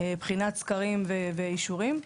בחינת סקרים ואישורים.